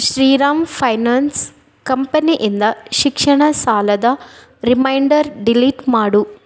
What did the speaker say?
Shriram finance ಕಂಪನಿಯಿಂದ ಶಿಕ್ಷಣ ಸಾಲದ ರಿಮೈಂಡರ್ ಡಿಲೀಟ್ ಮಾಡು